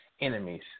enemies